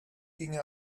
ginge